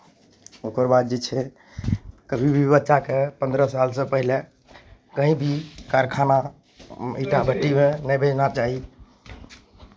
ओकर बाद जे छै कभी भी बच्चाकेँ पन्द्रह सालसँ पहिले कहीँ भी कारखाना ईंटा भट्ठीमे नहि भेजना चाही